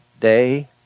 day